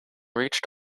reached